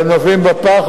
והם נופלים בפח,